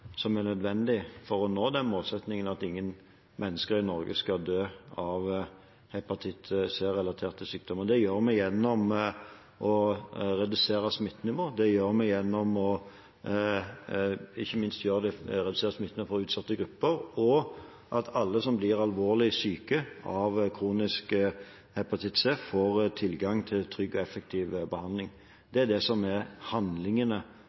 som er nødvendig for å nå den målsettingen at ingen mennesker i Norge skal dø av hepatitt C-relaterte sykdommer. Det gjør vi gjennom å redusere smittenivået, ikke minst for utsatte grupper, og at alle som blir alvorlig syke av kronisk hepatitt C, får tilgang til trygg og effektiv behandling. Det er det som er handlingene